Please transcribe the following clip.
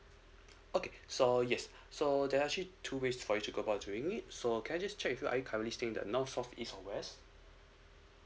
okay so yes so there're actually two ways for you to go about doing it so can I just check with you are you currently staying in north south east or west